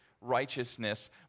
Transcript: righteousness